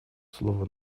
слово